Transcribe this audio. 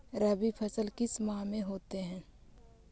रवि फसल किस माह में होते हैं?